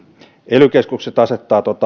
ely keskukset asettavat